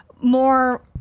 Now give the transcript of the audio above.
more